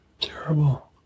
Terrible